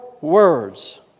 words